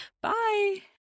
Bye